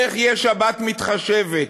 איך תהיה שבת מתחשבת,